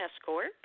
escort